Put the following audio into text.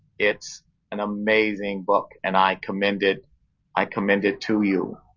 it's an amazing book, and i commend it i commend it to you.